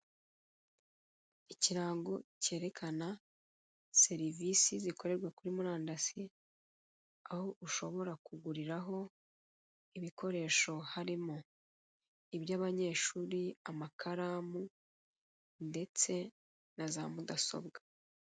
Ikirango cyerekana serivisi zikorerwa kuri murandasi, aho ushobora kuguriraho ibikoresho harimo; iby'abanyeshuri, amakaramu, ndetse na za mudasobwa.